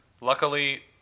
Luckily